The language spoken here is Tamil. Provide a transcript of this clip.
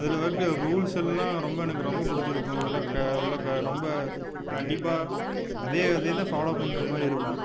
அதில் இருக்க ரூல்ஸ் எல்லாம் ரொம்ப எனக்கு ரொம்ப பிடிச்சிருக்கும் அது எல்லாம் க அது எல்லாம் க ரொம்ப கண்டிப்பாக அதே அதே தான் ஃபாலோ பண்ணுறமாரி இருக்கும்